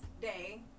Day